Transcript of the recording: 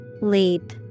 Leap